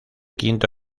quinto